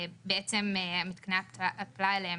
מתקני ההתפלה האלה,